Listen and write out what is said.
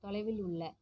தொலைவில் உள்ள